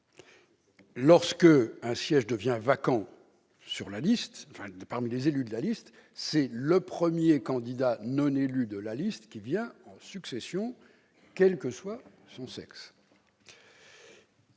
lorsqu'un siège devient vacant, c'est le premier candidat non élu de la liste qui vient en succession, quel que soit son sexe.